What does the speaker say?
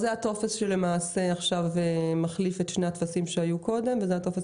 זה טופס שלמעשה מחליף את שני הטפסים שהיו קודם וזה הטופס